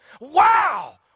Wow